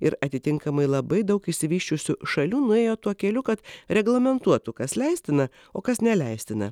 ir atitinkamai labai daug išsivysčiusių šalių nuėjo tuo keliu kad reglamentuotų kas leistina o kas neleistina